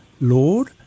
Lord